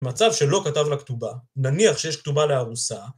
מצב שלא כתב לה כתובה. נניח שיש כתובה לארוסה